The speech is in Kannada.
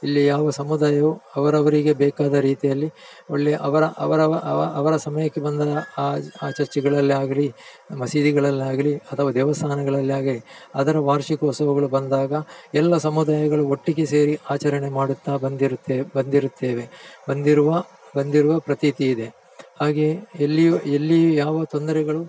ಇಲ್ಲಿ ಯಾವ ಸಮುದಾಯವು ಅವರವರಿಗೆ ಬೇಕಾದ ರೀತಿಯಲ್ಲಿ ಒಳ್ಳೆಯ ಅವರ ಅವರವರ ಅವರ ಸಮಯಕ್ಕೆ ಬಂದ ಆ ಆ ಚರ್ಚಿಗಳಲ್ಲೇ ಆಗಲಿ ಮಸೀದಿಗಳಲ್ಲಾಗಲಿ ಅಥವಾ ದೇವಸ್ಥಾನಗಳಲ್ಲೇ ಆಗಲಿ ಅದರ ವಾರ್ಷಿಕೋತ್ಸವಗಳು ಬಂದಾಗ ಎಲ್ಲ ಸಮುದಾಯಗಳೂ ಒಟ್ಟಿಗೆ ಸೇರಿ ಆಚರಣೆ ಮಾಡುತ್ತಾ ಬಂದಿರುತ್ತೆ ಬಂದಿರುತ್ತೇವೆ ಬಂದಿರುವ ಬಂದಿರುವ ಪ್ರತೀತಿ ಇದೆ ಹಾಗೆ ಎಲ್ಲಿಯೂ ಎಲ್ಲಿಯೂ ಯಾವ ತೊಂದರೆಗಳೂ